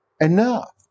enough